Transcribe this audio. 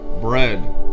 bread